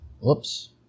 Whoops